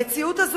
המציאות הזאת